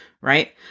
right